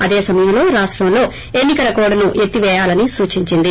అదే సమయంలో రాష్టంలో ఎన్నికల కోడ్ ను ఎత్తిపేయాలని సూచించింది